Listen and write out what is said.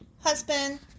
Husband